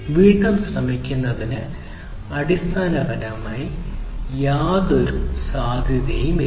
വീണ്ടും ശ്രമിക്കുന്നതിന് അടിസ്ഥാനപരമായി യാതൊരു സാധ്യതയുമില്ല